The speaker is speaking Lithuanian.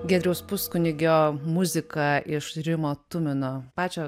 giedriaus puskunigio muzika iš rimo tumino pačio